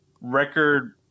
record